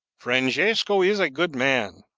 francesco is a good man,